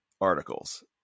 articles